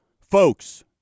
Folks